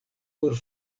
por